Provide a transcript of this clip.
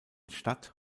stadt